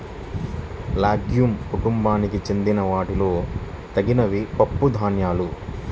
legume కుటుంబానికి చెందిన వాటిలో తినదగినవి పప్పుధాన్యాలు